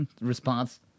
response